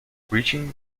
reaching